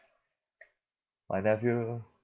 my nephew